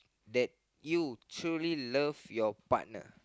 that you truly love your partner